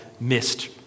missed